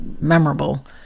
memorable